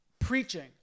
preaching